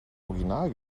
original